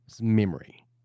memory